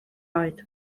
oed